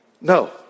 No